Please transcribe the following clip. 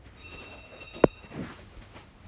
他们还有放在那个 SkillsFuture 那边